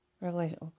Revelation